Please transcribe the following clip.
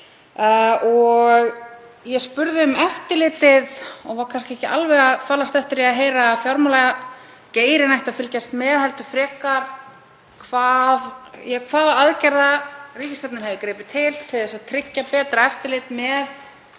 Ég spurði um eftirlitið og var kannski ekki alveg að falast eftir því að heyra að fjármálageirinn ætti að fylgjast með heldur frekar til hvaða aðgerða ríkisstjórnin hefði gripið til þess að tryggja betra eftirlit með